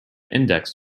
index